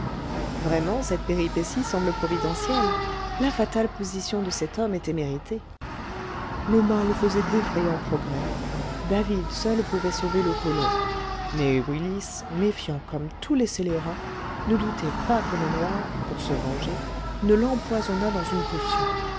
vraiment cette péripétie semble providentielle la fatale position de cet homme était méritée le mal faisait d'effrayants progrès david seul pouvait sauver le colon mais willis méfiant comme tous les scélérats ne doutait pas que le noir pour se venger ne l'empoisonnât dans une potion